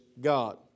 God